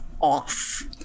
off